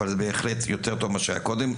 אבל זה בהחלט יותר טוב ממה שהיה קודם,